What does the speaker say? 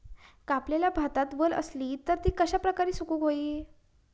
कापलेल्या भातात वल आसली तर ती कश्या प्रकारे सुकौक होई?